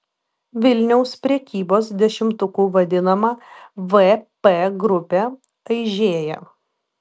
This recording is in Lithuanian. vilniaus prekybos dešimtuku vadinama vp grupė aižėja